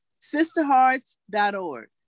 sisterhearts.org